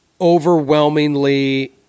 overwhelmingly